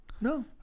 No